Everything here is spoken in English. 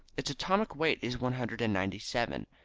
its atomic weight is one hundred and ninety seven.